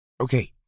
Okay